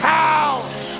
house